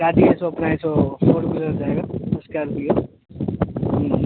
गाड़ी है सो अपना है सो फ़ोर व्हीलर हो जाएगा स्कार्पियो